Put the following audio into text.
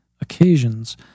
occasions